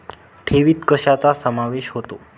ठेवीत कशाचा समावेश होतो?